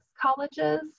colleges